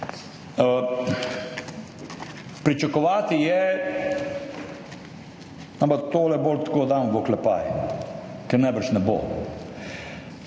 Pričakovati je, ampak tole dam bolj tako v oklepaj, ker najbrž ne bo,